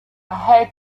had